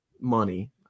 money